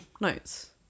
notes